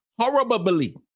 horribly